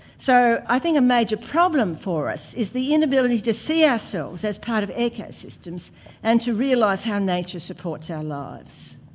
so i think a major problem for us is the inability to see ourselves as part of ecosystems and to realise how nature supports our lives.